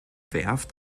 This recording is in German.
werft